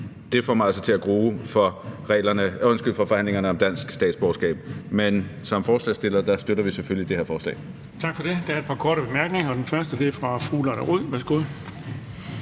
får mig altså til at grue for forhandlingerne om dansk statsborgerskab. Men som forslagsstillere støtter vi selvfølgelig det her forslag. Kl. 15:01 Den fg. formand (Erling Bonnesen): Tak for det. Der er et par korte bemærkninger, og den første er fra fru Lotte Rod. Værsgo.